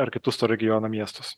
ar kitus to regiono miestus